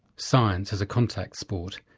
science as a contact sport,